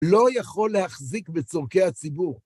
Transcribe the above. לא יכול להחזיק בצורכי הציבור.